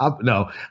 no